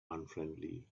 unfriendly